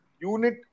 unit